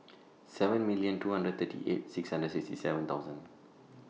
seven million two hundred and thirty eight six hundred and sixty seven thousand